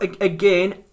again